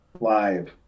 live